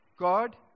God